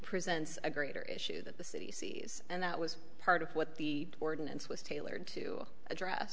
presents a greater issue that the city sees and that was part of what the ordinance was tailored to address